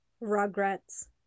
Regrets